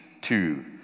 two